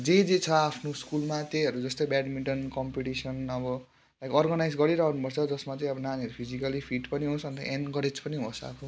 जे जे छ आफ्नो स्कुलमा त्यहीहरू जस्तै बेडमिनटन कम्पिटिसन अब अर्गनाइज गरिराख्नुपर्छ जसमा चाहिँ अब नानीहरू फिजिकल्ली फिट पनि होस् अन्त एनकरेज पनि होस् आफू